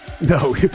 No